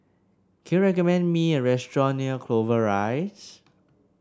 can you recommend me a restaurant near Clover Rise